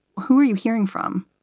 who are you hearing from?